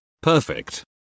Perfect